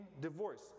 divorce